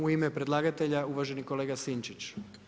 U ime predlagatelji, uvaženi kolega Sinčić.